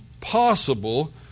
possible